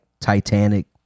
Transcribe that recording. Titanic